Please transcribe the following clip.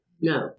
No